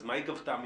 אז מה גבו ממך?